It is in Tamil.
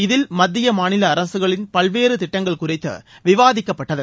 இதில் மத்திய மாநில அரசுகளின் பல்வேறு திட்டங்கள் குறித்து விவாதிக்கப்பட்டது